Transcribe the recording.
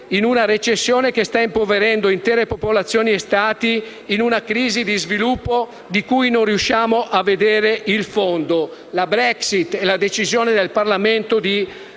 in una recessione che sta impoverendo intere popolazioni e Stati, in una crisi di sviluppo di cui non riusciamo a vedere il fondo. La Brexit e la decisione del Parlamento